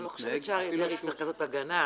לא חושבת שאריה דרעי צריך כזאת הגנה,